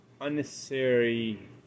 unnecessary